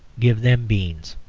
give them beans.